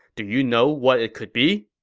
do you know what it could be?